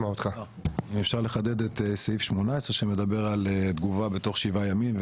אם אפשר לחדד את סעיף 18 שמדבר על תגובה בתוך שבעה ימים,